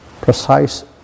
precise